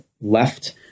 left